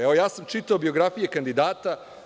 Evo, ja sam čitao biografije kandidata.